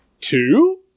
two